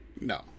No